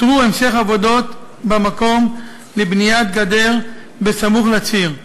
אותרו המשך עבודות במקום לבניית גדר בסמוך לציר,